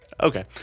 Okay